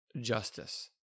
justice